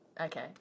Okay